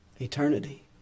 eternity